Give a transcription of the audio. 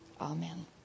Amen